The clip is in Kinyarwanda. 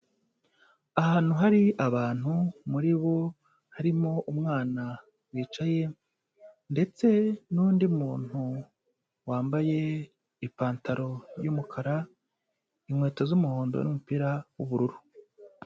Ahantu hari abantu, muri bo harimo umwana wicaye, ndetse n'undi muntu wambaye ipantaro y'umukara, inkweto z'umuhondo, n'umupira w'ubururu.